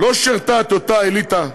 לא שירתה את אותה האליטה,